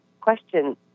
question